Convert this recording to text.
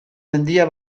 mendia